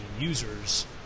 users